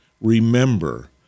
remember